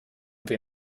wir